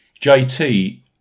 JT